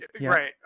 Right